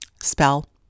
spell